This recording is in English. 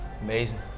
amazing